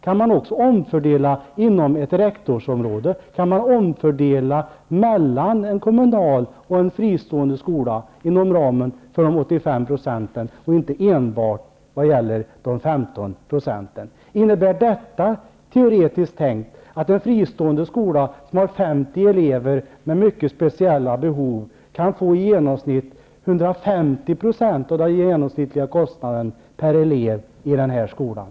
Kan man också omfördela inom ett rektorsområde? Kan man omfördela mellan en kommunal och en fristående skola inom ramen för de 85 procenten och inte enbart när det gäller de 15 %? Innebär detta, teoretiskt sett, att en fristående skola som har 50 elever med mycket speciella behov kan få i genomsnitt 150 % av den genomsnittliga kostnaden per elev i den här skolan?